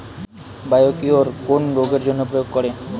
Biocure কোন রোগেরজন্য প্রয়োগ করে?